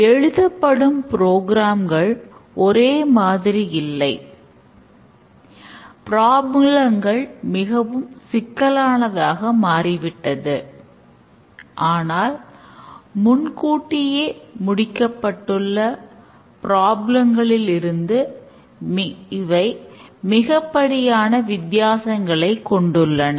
எழுதப்படும் ப்ராப்ளங்கள் இருந்து இவை மிகைப்படியான வித்தியாசங்களை கொண்டுள்ளன